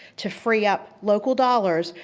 to free up local dollars,